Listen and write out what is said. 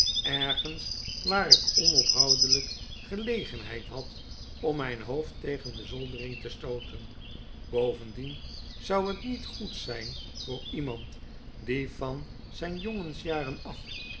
voelenergens waar ik onophoudelyk gelegenheid had om mijn hoofd tegen de zoldering te stooten bovendien zou het niet goed zyn voor iemand die van zyn jongensjaren af